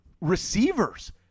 receivers